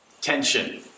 tension